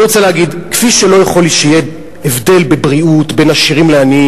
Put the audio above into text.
אני רוצה להגיד: כפי שלא יכול שיהיה הבדל בבריאות בין עשירים לעניים,